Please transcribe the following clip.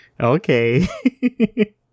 Okay